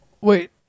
Wait